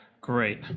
Great